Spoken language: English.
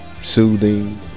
soothing